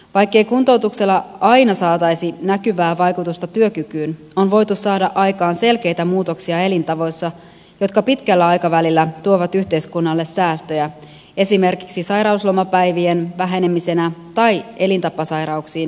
vaikkei kuntoutuksella aina saataisi näkyvää vaikutusta työkykyyn on voitu saada aikaan selkeitä muutoksia elintavoissa jotka pitkällä aikavälillä tuovat yhteiskunnalle säästöjä esimerkiksi sairauslomapäivien vähenemisenä tai elintapasairauksiin puuttumisena